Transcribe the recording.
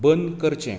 बंद करचें